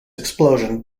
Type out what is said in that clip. explosion